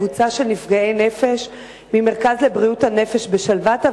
קבוצה של נפגעי נפש ממרכז לבריאות הנפש "שלוותא".